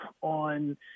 on